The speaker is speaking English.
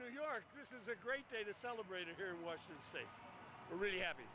new york this is a great day to celebrate it here in washington state really happy